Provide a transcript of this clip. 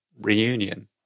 reunion